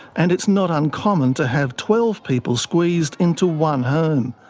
and it's not uncommon to have twelve people squeezed into one home.